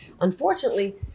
unfortunately